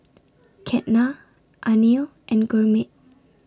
Ketna Anil and Gurmeet